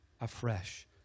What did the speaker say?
afresh